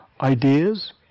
ideas